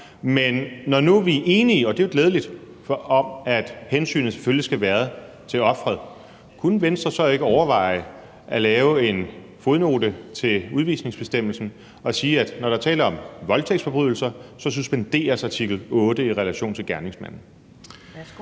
Men når vi nu er enige, og det er jo glædeligt, om, at hensynet selvfølgelig skal være til offeret, kunne Venstre så ikke overveje at lave en fodnote til udvisningsbestemmelsen og sige, at når der er tale om voldtægtsforbrydelser, suspenderes artikel otte i relation til gerningsmanden? Kl.